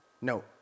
No